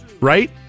Right